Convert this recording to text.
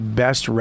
best